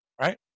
right